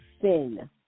sin